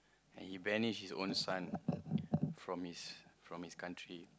and he banish his own son from his from his country